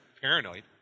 paranoid